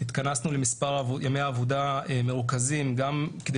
התכנסנו למספר ימי עבודה מרוכזים גם כדי